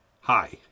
Hi